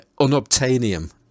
unobtainium